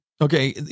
Okay